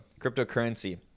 cryptocurrency